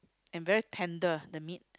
and very tender the meat